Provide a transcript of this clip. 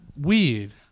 weird